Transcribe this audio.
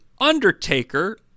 Undertaker